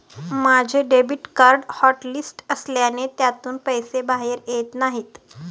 माझे debit card hotlist असल्याने त्यातून पैसे बाहेर येत नाही